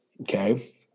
okay